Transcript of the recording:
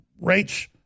rates